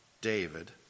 David